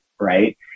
right